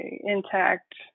intact